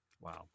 Wow